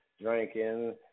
drinking